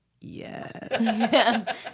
yes